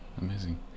amazing